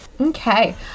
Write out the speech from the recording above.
okay